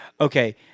Okay